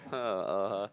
hmm uh